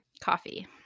Coffee